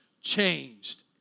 changed